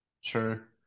Sure